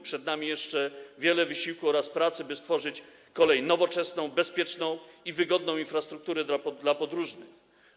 Przed nami jeszcze wiele wysiłku oraz pracy, by stworzyć kolej nowoczesną i bezpieczną, wygodną infrastrukturę dla podróżnych.